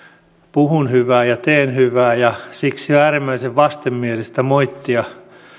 puhun hyvää ja teen hyvää siksi on äärimmäisen vastenmielistä moittia